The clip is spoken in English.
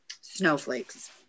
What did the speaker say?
Snowflakes